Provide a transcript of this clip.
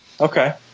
Okay